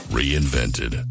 reinvented